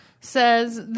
says